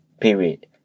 Period